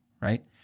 Right